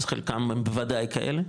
חלקם הם בוודאי כאלה,